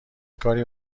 کاری